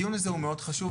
הדיון הזה הוא מאוד חשוב,